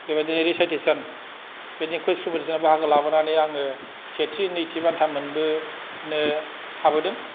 बेबादिनो रिसायटेसन बिदिनो खुइच कमपिटिचनाव बाहागो लाबोनानै आङो सेथि नैथुि बान्था मोनबोनो हाबोदों